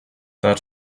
that